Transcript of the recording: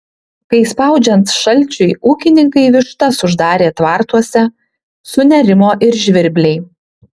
kai spaudžiant šalčiui ūkininkai vištas uždarė tvartuose sunerimo ir žvirbliai